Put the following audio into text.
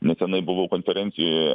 nesenai buvau konferencijoj